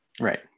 right